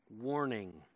Warning